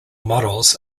models